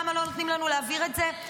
למה לא נותנים לנו להעביר את זה?